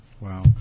wow